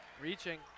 reaching